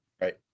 Right